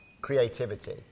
creativity